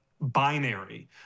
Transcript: binary